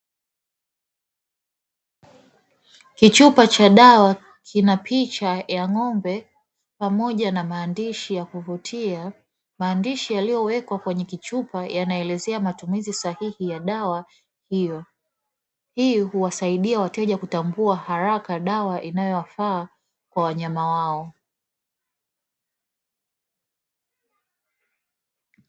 Kichupa cha dawa kina picha ya ng'ombe pamoja na maandishi ya kuvutia, maandishi yaliyowekwa kwenye kichupa yanaelezea matumizi sahihi ya dawa hiyo; hii huwasaidia wateja kutambua haraka dawa inayofaa kwa wanyama wao.